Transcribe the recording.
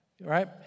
right